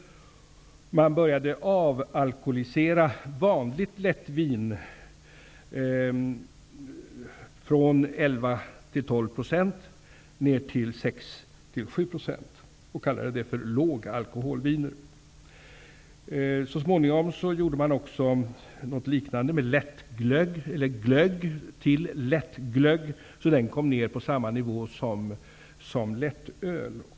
Man började avalkoholisera vanliga lättviner, från 11--12 % ner till 6--7 %, och kallade dem för lågalkoholviner. Så småningom gjorde man också något liknande med lättvinsglögg, så att den kom ner på samma nivå som lättöl.